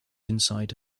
inside